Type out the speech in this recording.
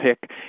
pick